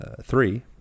three